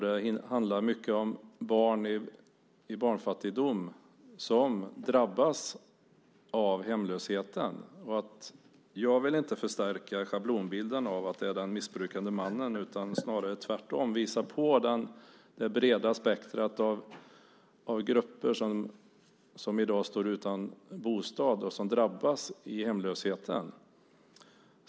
Det handlar mycket om barn i barnfattigdom som drabbas av hemlösheten. Jag vill inte förstärka schablonbilden av att det är den missbrukande mannen utan snarare tvärtom visa på det breda spektrum av grupper som i dag står utan bostad och som drabbas av hemlösheten.